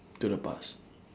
to the past